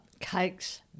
Cakes